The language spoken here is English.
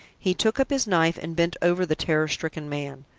he took up his knife and bent over the terror-stricken man.